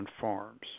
farms